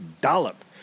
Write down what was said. dollop